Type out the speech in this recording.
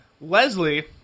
Leslie